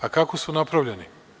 A kako su napravljeni?